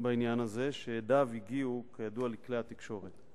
בעניין הזה, שהדיו הגיעו, כידוע, לכלי התקשורת.